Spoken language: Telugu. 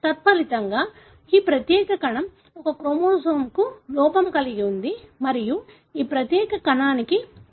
తత్ఫలితంగా ఈ ప్రత్యేక కణం ఒక క్రోమోజోమ్కు లోపం కలిగి ఉంది మరియు ఈ ప్రత్యేక కణానికి ఒక కాపీ అదనంగా ఉంటుంది